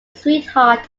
sweetheart